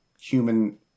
human